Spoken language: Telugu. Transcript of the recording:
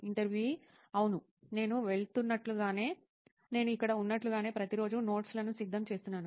ఇంటర్వ్యూఈ అవును నేను వెళ్తున్నట్లుగానే నేను ఇక్కడ ఉన్నట్లుగా ప్రతిరోజూ నోట్స్ లను సిద్ధం చేస్తున్నాను